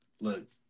look